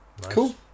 Cool